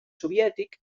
soviètic